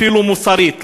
אפילו מוסרית,